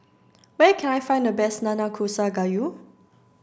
where can I find the best Nanakusa gayu